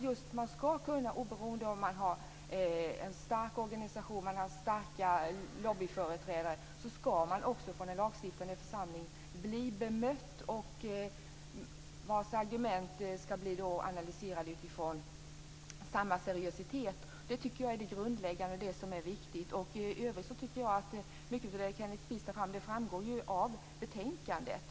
Oberoende av om man är en stark organisation eller har starka lobbyföreträdare ska man bli bemött av den lagstiftande församlingen så att ens argument blir analyserade med samma seriositet. Det tycker jag är det grundläggande, och det som är viktigt. I övrigt tycker jag att mycket av det som Kenneth Kvist tar upp framgår av betänkandet.